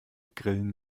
grillen